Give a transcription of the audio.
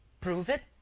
prove it?